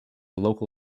local